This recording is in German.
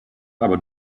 aber